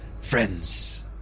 friends